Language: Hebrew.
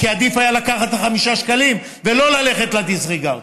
כי עדיף היה לקחת את ה-5 שקלים ולא ללכת ל-disregard,